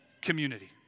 community